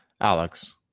Alex